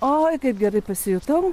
oi kaip gerai pasijutau